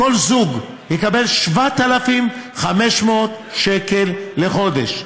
כל זוג יקבל 7,500 שקל לחודש,